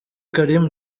karim